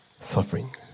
suffering